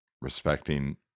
respecting